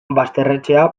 basterretxea